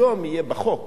היום יהיה בחוק